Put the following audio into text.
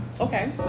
okay